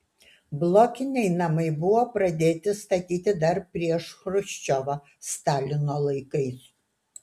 blokiniai namai buvo pradėti statyti dar prieš chruščiovą stalino laikais